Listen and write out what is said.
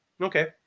Okay